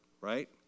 right